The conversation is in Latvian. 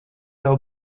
vēl